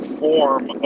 form